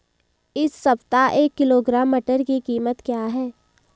इस सप्ताह एक किलोग्राम मटर की कीमत क्या है?